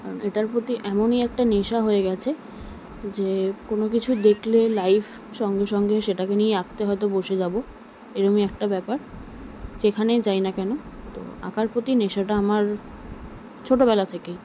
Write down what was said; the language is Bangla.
আর এটার প্রতি এমনই একটা নেশা হয়ে গেছে যে কোনও কিছু দেখলে লাইভ সঙ্গে সঙ্গে সেটাকে নিয়ে আঁকতে হয়তো বসে যাবো এরকমই একটা ব্যাপার যেখানে যাই না কেন তো আঁকার প্রতি নেশাটা আমার ছোটবেলা থেকেই